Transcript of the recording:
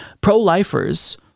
pro-lifers